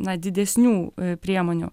na didesnių priemonių